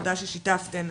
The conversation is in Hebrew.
תודה ששיתפתן.